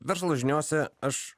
verslo žiniose aš